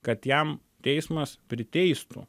kad jam teismas priteistų